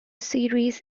series